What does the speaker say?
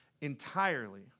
entirely